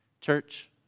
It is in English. Church